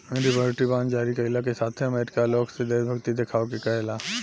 liberty bond जारी कईला के साथे अमेरिका लोग से देशभक्ति देखावे के कहेला